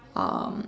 um